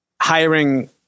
hiring